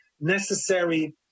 necessary